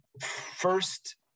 first